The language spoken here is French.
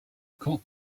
camp